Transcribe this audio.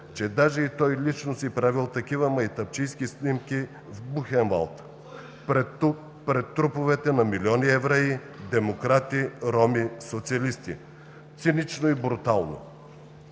че даже и той лично си правил такива майтапчийски снимки в Бухенвалд пред труповете на милиони евреи, демократи, роми, социалисти. РЕПЛИКИ ОТ